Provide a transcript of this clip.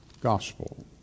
gospel